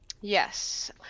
Yes